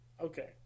Okay